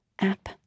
app